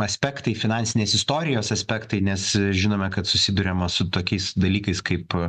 aspektai finansinės istorijos aspektai nes žinome kad susiduriama su tokiais dalykais kaip